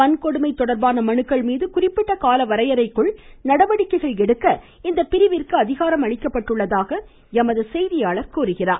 வன்கொடுமை தொடர்பான மனுக்கள் மீது குறிப்பிட்ட கால வரையறைக்குள் நடவடிக்கை எடுக்க இந்த பிரிவிற்கு அதிகாரம் அளிக்கப்பட்டுள்ளதாக எமது செய்தியாளர் தெரிவிக்கிறார்